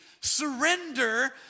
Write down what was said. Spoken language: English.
surrender